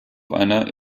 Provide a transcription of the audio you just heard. einer